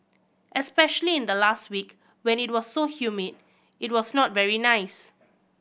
especially in the last week when it was so humid it was not very nice